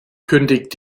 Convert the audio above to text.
kündigt